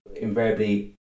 invariably